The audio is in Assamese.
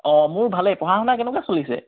অঁ মোৰ ভালেই পঢ়া শুনা কেনেকুৱা চলিছে